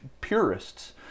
purists